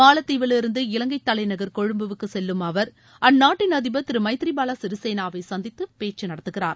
மாலத்தீவிலிருந்து இலங்கை தலைநகர் கொழும்புக்கு செல்லும் அவர் அந்நாட்டின் அதிபர் திரு மைத்ரி பாலசிறிசேனாவை சந்திதது பேச்சு நடத்துகிறார்